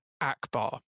Akbar